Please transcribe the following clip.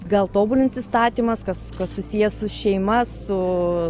gal tobulins įstatymas kas susiję su šeima su